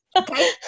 Okay